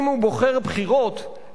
אם הוא בוחר בחירות,